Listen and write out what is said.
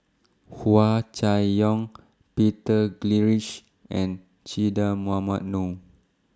Hua Chai Yong Peter Gilchrist and Che Dah Mohamed Noor